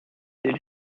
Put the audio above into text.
den